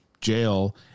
jail